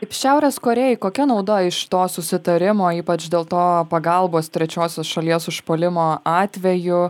kaip šiaurės korėjai kokia nauda iš to susitarimo ypač dėl to pagalbos trečiosios šalies užpuolimo atveju